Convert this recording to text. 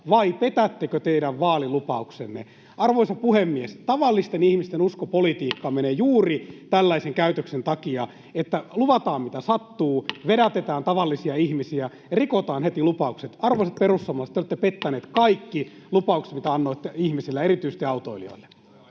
Vai petättekö teidän vaalilupauksenne? Arvoisa puhemies! Tavallisten ihmisten usko politiikkaan menee juuri tällaisen käytöksen takia, että luvataan, mitä sattuu, vedätetään tavallisia ihmisiä ja rikotaan heti lupaukset. Arvoisat perussuomalaiset, te olette pettäneet kaikki lupaukset, mitä annoitte ihmisille, erityisesti autoilijoille.